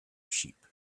sheep